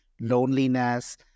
loneliness